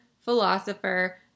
philosopher